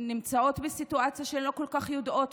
שנמצאות בסיטואציה שהן לא כל כך יודעות